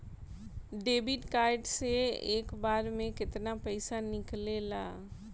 Debit card से एक बार मे केतना पैसा निकले ला?